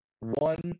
one